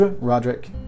Roderick